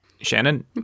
shannon